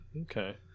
Okay